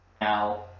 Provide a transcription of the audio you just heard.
Now